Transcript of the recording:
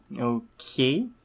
Okay